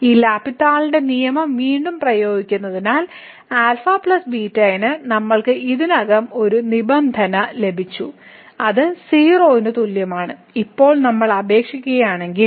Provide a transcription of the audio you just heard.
ഈ L ഹോസ്പിറ്റലിന്റെ നിയമം വീണ്ടും പ്രയോഗിക്കുന്നതിനാൽ α ന് നമ്മൾക്ക് ഇതിനകം ഒരു നിബന്ധന ലഭിച്ചു അത് 0 ന് തുല്യമാണ് ഇപ്പോൾ നമ്മൾ അപേക്ഷിക്കുകയാണെങ്കിൽ